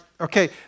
Okay